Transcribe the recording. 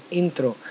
intro